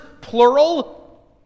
plural